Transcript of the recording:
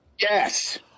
Yes